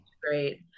great